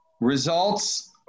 results